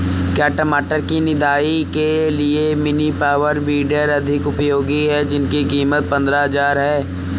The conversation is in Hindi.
क्या टमाटर की निदाई के लिए मिनी पावर वीडर अधिक उपयोगी है जिसकी कीमत पंद्रह हजार है?